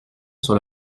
sur